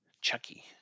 Chucky